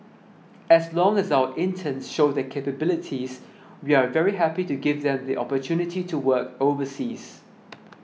as long as our interns show their capabilities we are very happy to give them the opportunity to work overseas